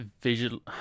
visual